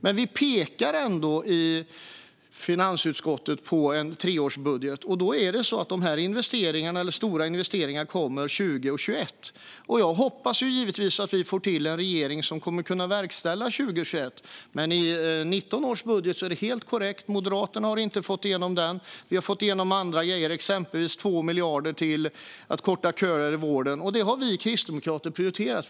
Men i finansutskottet pekar vi ändå på en treårsbudget, och de stora investeringarna kommer 2020 och 2021. Jag hoppas givetvis att vi får till en regering som kommer att kunna verkställa dem 2020 och 2021. När det gäller 2019 års budget är det dock helt korrekt att Moderaterna inte har fått igenom detta. Vi har fått igenom andra grejer, exempelvis 2 miljarder till att korta köer i vården. Det har vi kristdemokrater prioriterat.